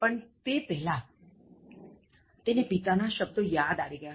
પણ તે પહેલા તેને પિતા ના શબ્દો યાદ આવી ગયા